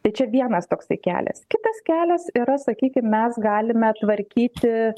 tai čia vienas toksai kelias kitas kelias yra sakykim mes galime tvarkyti